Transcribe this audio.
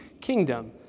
kingdom